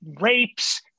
rapes